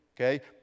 Okay